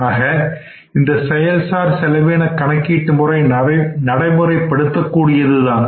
ஆக இந்த செயல் சார் செலவின கணக்கீட்டு முறை நடைமுறைப்படுத்த கூடியதுதான்